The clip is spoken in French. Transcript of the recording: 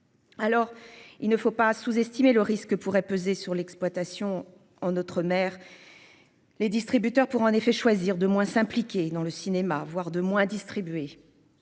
Alors il ne faut pas sous-estimer le risque pourrait peser sur l'exploitation en notre mère. Les distributeurs pour en effet choisir de moins s'impliquer dans le cinéma, avoir de moins distribuer.